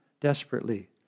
desperately